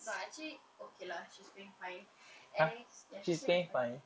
no actually okay lah she's paying fine and is ya she's paying fine